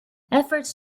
efforts